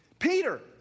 Peter